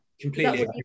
Completely